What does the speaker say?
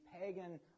pagan